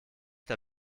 der